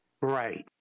Right